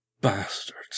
bastards